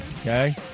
Okay